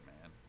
man